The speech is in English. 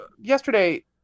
yesterday